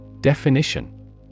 Definition